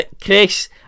Chris